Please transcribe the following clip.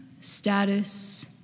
status